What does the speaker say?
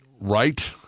Right